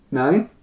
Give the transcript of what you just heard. nine